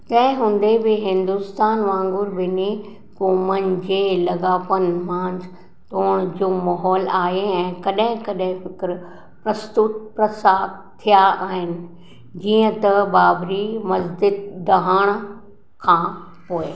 तंहिं हूंदे बि हिंदुस्तान वांगुर ॿिन्ही क़ौमनि जे लाॻापनि मंझि ताणि जो माहौल आहे ऐं कॾहिं कॾहिं फ़िक्र परस्तु फ़साद थिया आहिनि जीअं त बाबरी मस्जिद ॾहण खां पोइ